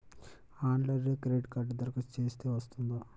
ఆన్లైన్లో క్రెడిట్ కార్డ్కి దరఖాస్తు చేస్తే వస్తుందా?